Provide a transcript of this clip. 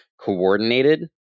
coordinated